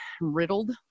riddled